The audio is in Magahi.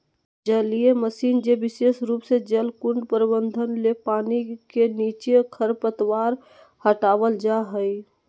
जलीय मशीन जे विशेष रूप से जलकुंड प्रबंधन ले पानी के नीचे खरपतवार हटावल जा हई